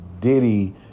Diddy